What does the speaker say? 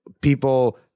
people